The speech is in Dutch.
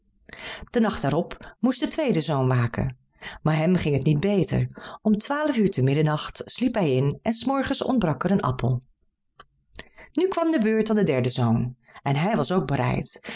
den nacht daarop moest de tweede zoon waken maar hem ging het niet beter om twaalf uur te middernacht sliep hij in en s morgens ontbrak er een appel nu kwam de beurt aan den derden zoon en hij was ook bereid